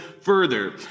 further